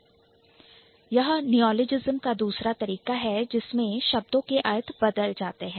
यह Neologism neologism का दूसरा तरीका है जिसमें शब्दों के अर्थ बदल जाते हैं